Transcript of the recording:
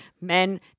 men